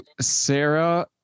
Sarah